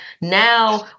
now